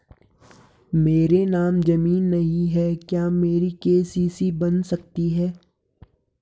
मेरे नाम ज़मीन नहीं है क्या मेरी के.सी.सी बन सकती है?